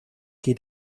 geht